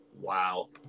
Wow